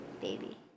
baby